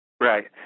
Right